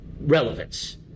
relevance